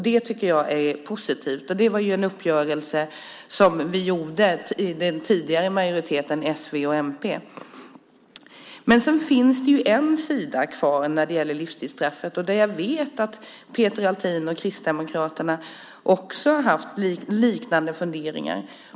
Det tycker jag är positivt. Det var en uppgörelse som vi i den tidigare majoriteten bestående av s, v och mp gjorde. Men det finns en sida kvar när det gäller livstidsstraffet, och där vet jag att Peter Althin och Kristdemokraterna har haft liknande funderingar.